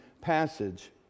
passage